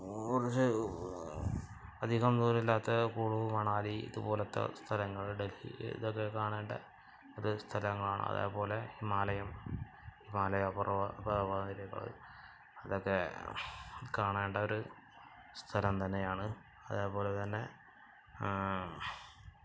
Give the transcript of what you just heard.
കുറച്ച് അധികം ദൂരമില്ലാത്ത കുളു മണാലി ഇതുപോലത്തെ സ്ഥലങ്ങൾ ഡൽഹിയിൽ ഇതൊക്കെ കാണേണ്ട ഒരു സ്ഥലങ്ങളാണ് അതേപോലെ ഹിമാലയം ഹിമാലയ പർവ്വതനിരകൾ അതൊക്കെ കാണേണ്ടൊരു സ്ഥലം തന്നെയാണ് അതേപോലെത്തന്നെ